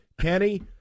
Kenny